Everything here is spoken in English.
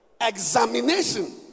Examination